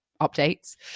updates